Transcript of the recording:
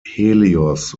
helios